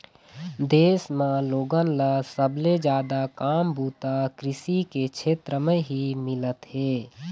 देश म लोगन ल सबले जादा काम बूता कृषि के छेत्र म ही मिलत हे